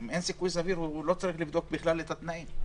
אם אין סיכוי סביר הוא לא צריך בכלל לבדוק את התנאים.